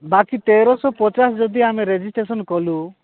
ବାକି ତେରଶହ ପଚାଶ ଯଦି ଆମେ ରେଜିଷ୍ଟ୍ରେସନ କଲୁ